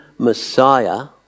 Messiah